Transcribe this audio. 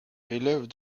élève